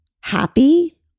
happy